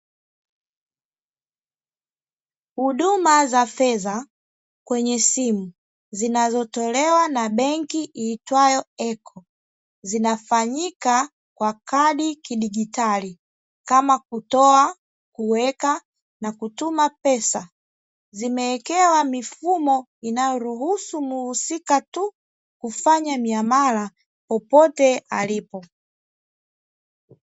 Huduma za fedha kwenye simu zinazotolewa na benki iitwayo "eko" zinafanyika kwa kadi kidigitali kama kutoa, kuweka na kutuma pesa. Zimewekewa mifumo inayoruhusu muhusika tu kufanya miamala popote alipo.